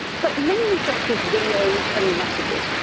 but mainly just with videos and messages,